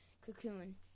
cocoon